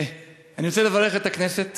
אני רוצה לברך את הכנסת